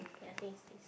okay I think is this